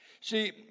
See